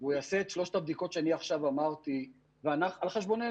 והוא יעשה את שלוש הבדיקות שאני עכשיו אמרתי על חשבוננו